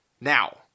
Now